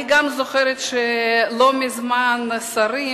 אני זוכרת שלא מזמן השרים,